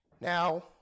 Now